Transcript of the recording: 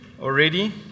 already